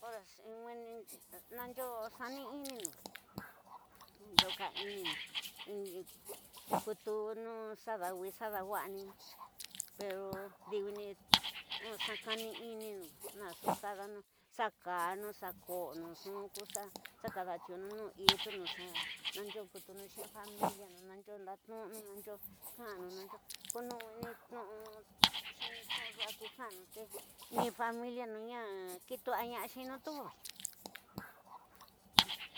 Nanyo xani'ininu, nanyo kaininu, kutunu xadawi, xadawa'aninga, pero diwini xa kani'ininu naxu kadanu, xa kanu, xa nanyo kutunu xi in familia un nanyo natnu'unu nanyo ka ánu, nayo, ko no nweni tnu'u xini tnu'udu'a ku ka'anu te ni familia ña kitu'ana'axinu tu baya.